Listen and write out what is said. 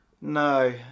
No